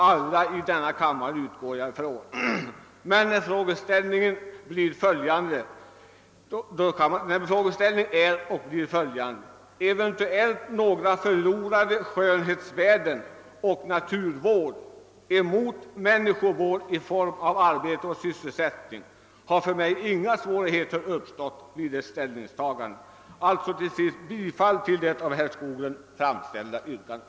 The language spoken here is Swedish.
Alla i denna kammare, utgår jag ifrån. Några förlorade skönhetsvärden — naturvård ställd mot människovård i form av arbete och sysselsättning — är vad vi har att välja mellan. För mig har inga svårigheter uppstått vid ett sådant ställningstagande. Jag ber, herr talman, att få yrka bifall till det av herr Skoglund framställda yrkandet.